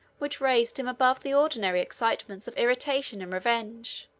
which raised him above the ordinary excitements of irritation and revenge,